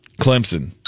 Clemson